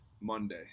Monday